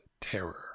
terror